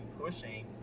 pushing